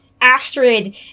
Astrid